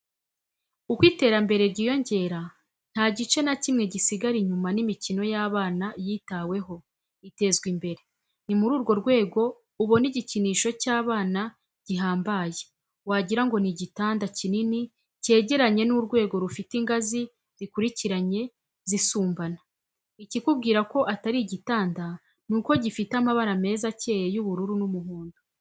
Uko iterambere ryiyongera, nta gice na kimwe gisigara inyuma n'imikino y'abana yitaweho, itezwa imbere; ni muri urwo rwego ubona igikinisho cy'abana gihambaye, wagirango ni igitanda kinini cyegeranye n'urwego rufite ingazi zikurikiranye, zisumbana; ikikubwira ko atari igitanda ni uko gifite amabara meza acyeye y'ubururu n'umuhondo.